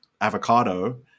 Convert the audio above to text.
avocado